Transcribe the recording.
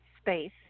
space